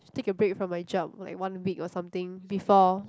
take a break from my job like one week or something before